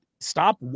stop